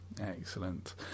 Excellent